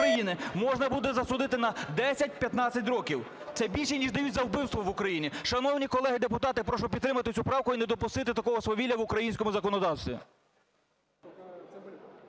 України можна буде засудити на 10-15 років, це більше, ніж дають за вбивство в Україні. Шановні колеги депутати, прошу підтримати цю правку і не допустити такого свавілля в українському законодавстві.